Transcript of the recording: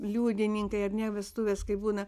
liudininkai ar ne vestuvės kaip būna